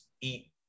eat